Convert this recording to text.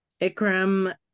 ikram